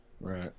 right